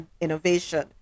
innovation